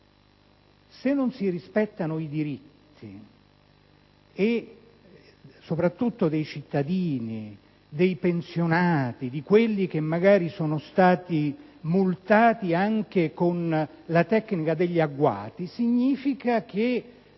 Se non si rispettano i diritti, soprattutto dei cittadini, dei pensionati, di coloro che magari sono stati multati anche con la tecnica degli agguati, significa che